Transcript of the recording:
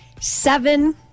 Seven